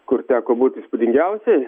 kur teko būti įspūdingiausiai